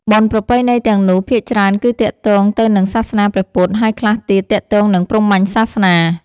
បុណ្យប្រពៃណីទាំងនោះ ភាគច្រើនគឺទាក់ទងទៅនឹងសាសនាព្រះពុទ្ធហើយខ្លះទៀតទាក់ទងនិងព្រាហ្មណ៍សាសនា ។